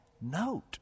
note